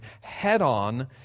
head-on